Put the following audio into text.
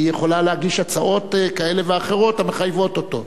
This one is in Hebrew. היא יכולה להגיש הצעות כאלה ואחרות המחייבות אותו.